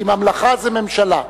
כי ממלכה זה ממשלה.